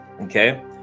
Okay